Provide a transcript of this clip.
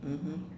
mmhmm